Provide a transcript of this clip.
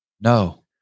No